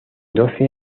doce